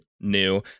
new